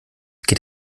geht